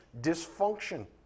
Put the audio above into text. dysfunction